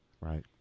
Right